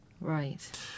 Right